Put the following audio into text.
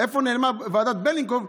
לאן נעלמה ועדת בלניקוב,